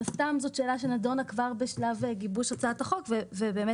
הסתם זאת שאלה שנדונה כבר בשלב גיבוש הצעת החוק ובאמת